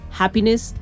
happiness